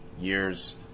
years